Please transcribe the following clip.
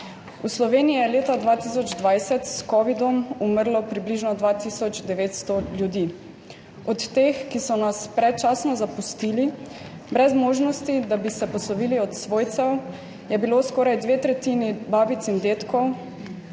V Sloveniji je leta 2020 s covidom umrlo približno 2 tisoč 900 ljudi. Od teh, ki so nas predčasno zapustili, brez možnosti, da bi se poslovili od svojcev, je bilo skoraj dve tretjini babic in dedkov,